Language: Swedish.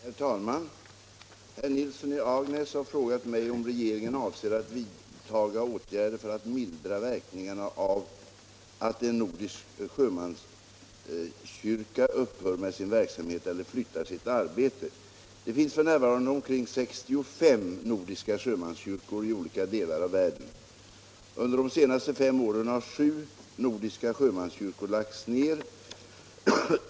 Herr talman! Herr Nilsson i Agnäs har frågat mig om regeringen avser att vidtaga åtgärder för att mildra verkningarna av att en nordisk sjömanskyrka upphör med sin verksamhet eller flyttar sitt arbete. Det finns f.n. omkring 65 nordiska sjömanskyrkor i olika delar av världen. Under de senaste fem åren har sju nordiska sjömanskyrkor lagts ner.